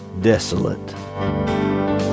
desolate